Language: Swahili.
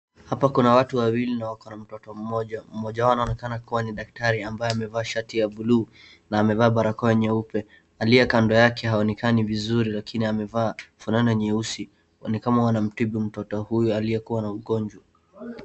Hapa kuna watu wawili na wako na mtoto mmoja, mmoja wao anaonekana kuwa ni daktari ambaye amevaa shati ya buluu na amevaa barakoa nyeupe, aliye kando yake haonekani vizuri lakini amevaa fulana nyeusi na ni kama wanamtibu mtoto huyu aliyekua na ugonjwa.